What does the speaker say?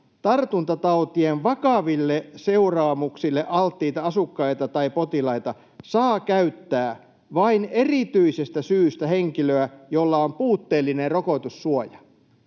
tartuntatautien vakaville seuraamuksille alttiita asiakkaita tai potilaita, saa käyttää vain erityisestä syystä henkilöä, jolla on puutteellinen rokotussuoja.”